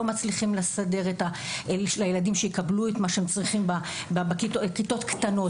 לא מצליחים לסדר לילדים את מה שהם צריכים לקבל בכיתות הקטנות.